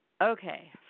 Okay